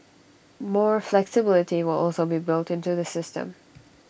more flexibility will also be built into the system